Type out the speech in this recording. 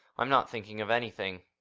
i'm not thinking of anything.